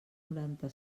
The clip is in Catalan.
noranta